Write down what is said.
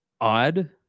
odd